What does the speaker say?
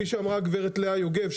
כפי שאמרה הגברת לאה יוגב,